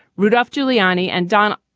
rudolph giuliani and donna,